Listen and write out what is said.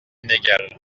inégale